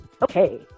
Okay